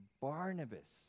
Barnabas